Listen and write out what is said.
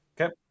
Okay